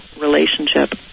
relationship